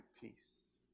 peace